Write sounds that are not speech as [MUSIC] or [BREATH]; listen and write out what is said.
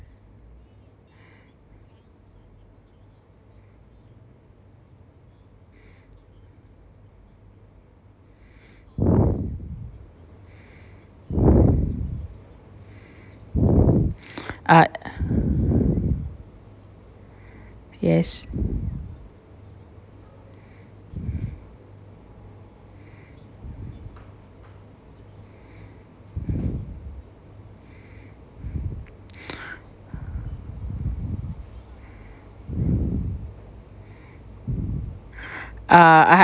[BREATH] uh yes [BREATH] uh I had